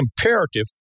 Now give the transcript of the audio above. imperative